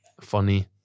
funny